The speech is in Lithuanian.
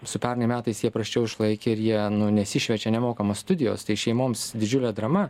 su pernai metais jie prasčiau išlaikė ir jie nu nesišviečia nemokamas studijos šeimoms didžiulė drama